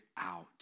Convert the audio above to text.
out